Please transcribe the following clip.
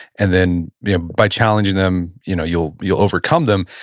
and then by challenging them, you know you'll you'll overcome them.